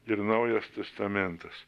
ir naujas testamentas